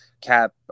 cap –